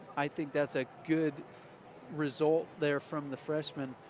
i think that's a good result there from the freshman.